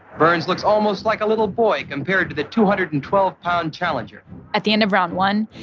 burns looks almost like a little boy compared to the two hundred and twelve pound challenger at the end of round one,